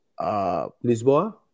Lisboa